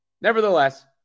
Nevertheless